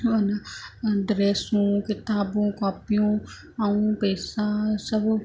ओन ड्रेसूं किताबूं कॉपियूं ऐं पैसा सभु